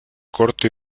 corto